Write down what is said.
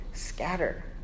scatter